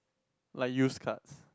like used cards